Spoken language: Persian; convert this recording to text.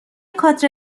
کادر